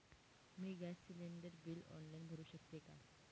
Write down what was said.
मी gas cylinder bill online भरु शकते का?